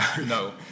No